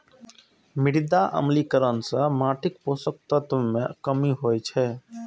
मृदा अम्लीकरण सं माटिक पोषक तत्व मे कमी होइ छै